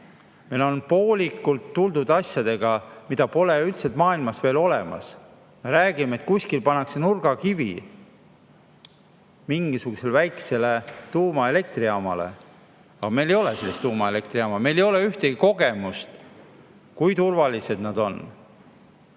siia poolikute asjadega, mida pole üldse maailmas veel olemas. Me räägime, et kuskil pannakse nurgakivi mingisugusele väiksele tuumaelektrijaamale, aga meil ei ole sellist tuumaelektrijaama, meil ei ole ühtegi kogemust, kui turvalised need on.